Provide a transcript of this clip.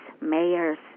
mayors